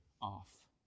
off